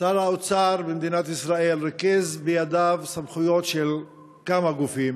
שר האוצר במדינת ישראל ריכז בידיו סמכויות של כמה גופים